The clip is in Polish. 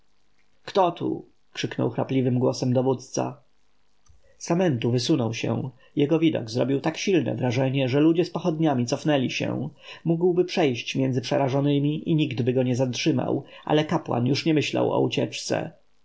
kto tu krzyknął chrapliwym głosem dowódca samentu wysunął się jego widok zrobił tak silne wrażenie że ludzie z pochodniami cofnęli się mógłby przejść między przerażonymi i niktby go nie zatrzymał ale kapłan już nie myślał o ucieczce